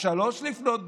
ב-03:00,